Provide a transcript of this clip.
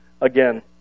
again